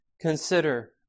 consider